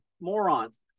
morons